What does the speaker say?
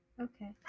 Okay